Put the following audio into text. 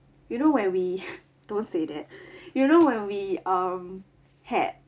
you know when we don't say that you know when we um had